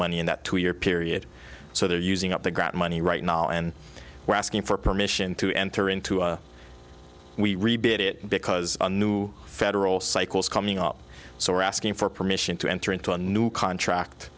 money in that two year period so they're using up the grant money right now and we're asking for permission to enter into a we rebuilt it because a new federal cycle is coming up so we're asking for permission to enter into a new contract